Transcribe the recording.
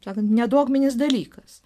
taip sakant nedogminis dalykas